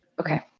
Okay